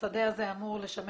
השדה הזה אמור לשמש,